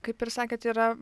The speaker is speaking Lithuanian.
kaip ir sakėt yra